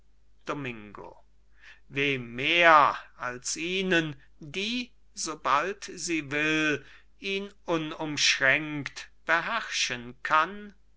domingo wem mehr als ihnen die sobald sie will ihn unumschränkt beherrschen kann